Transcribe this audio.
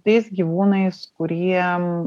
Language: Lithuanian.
tais gyvūnais kuriem